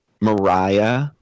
Mariah